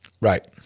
Right